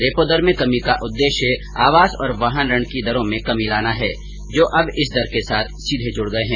repo दर में कमी का उद्देश्य आवास और वाहन ऋण की दरों में कमी लाना है जो अब इस दर के साथ सीधे जुड़ गए हैं